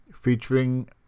featuring